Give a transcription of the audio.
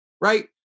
right